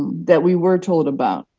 that we were told about.